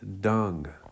dung